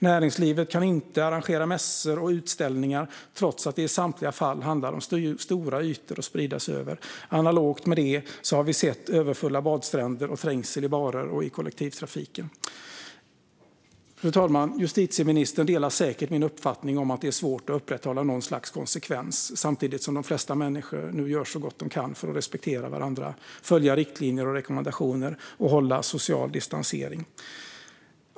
Näringslivet kan inte arrangera mässor och utställningar trots att det i samtliga fall handlar om stora ytor att sprida ut sig över. Analogt med det har vi sett överfulla badstränder och trängsel i barer och kollektivtrafiken. Fru talman! Justitieministern delar säkert min uppfattning att det är svårt att upprätthålla något slags konsekvens, samtidigt som de flesta människor gör så gott de kan för att respektera varandra, följa riktlinjer och rekommendationer och hålla social distansering.